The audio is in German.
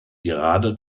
gerade